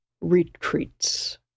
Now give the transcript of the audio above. retreats